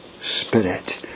Spirit